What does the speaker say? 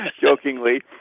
jokingly